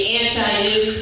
anti-nuke